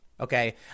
Okay